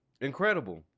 incredible